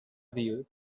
viu